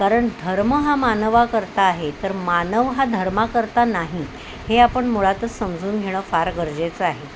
कारण धर्म हा मानवा करता आहे तर मानव हा धर्मा करता नाही हे आपण मुळातचं समजून घेणं फार गरजेचं आहे